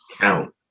count